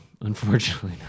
unfortunately